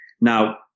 Now